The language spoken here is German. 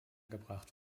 gebracht